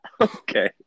okay